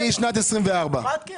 מיני קונסים,